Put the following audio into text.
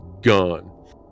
gone